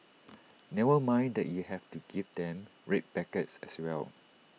never mind that you have to give them red packets as well